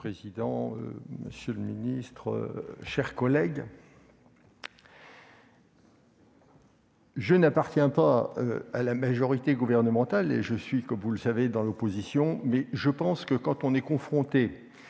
Monsieur le président, monsieur le ministre, mes chers collègues, je n'appartiens pas à la majorité gouvernementale- je siège, comme vous le savez, dans l'opposition -, mais je pense que, face à la gravité